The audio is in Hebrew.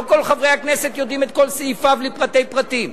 לא כל חברי הכנסת יודעים את כל סעיפיו לפרטי פרטים,